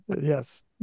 Yes